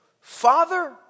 Father